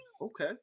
Okay